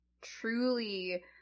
truly